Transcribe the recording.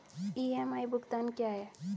EMI भुगतान क्या है?